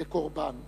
לקורבן.